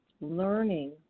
learning